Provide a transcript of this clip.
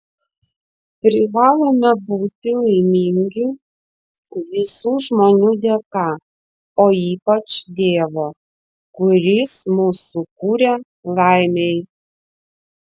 privalome būti laimingi visų žmonių dėka o ypač dievo kuris mus sukūrė laimei